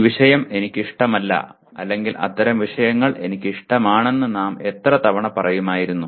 ഈ വിഷയം എനിക്കിഷ്ടമല്ല അല്ലെങ്കിൽ അത്തരം വിഷയങ്ങൾ എനിക്കിഷ്ടമാണെന്ന് നാം എത്ര തവണ പറയുമായിരുന്നു